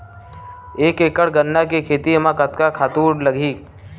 एक एकड़ गन्ना के खेती म कतका खातु लगही?